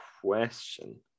question